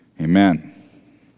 Amen